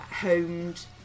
homed